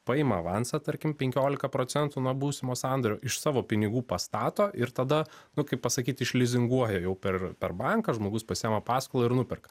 paima avansą tarkim penkiolika procentų nuo būsimo sandorio iš savo pinigų pastato ir tada nu kaip pasakyt išlizinguoja jau per per banką žmogus pasiima paskolą ir nuperka